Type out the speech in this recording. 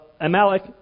Amalek